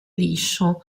liscio